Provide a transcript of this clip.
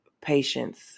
patience